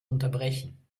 unterbrechen